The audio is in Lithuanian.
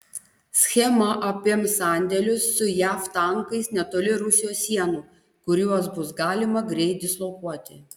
schema apims sandėlius su jav tankais netoli rusijos sienų kuriuos bus galima greit dislokuoti